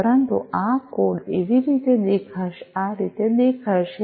પરંતુ આ કોડ આ રીતે દેખાશે